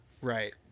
right